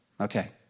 Okay